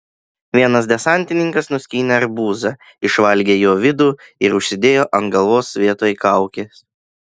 vienas desantininkas nuskynė arbūzą išvalgė jo vidų ir užsidėjo ant galvos vietoj kaukės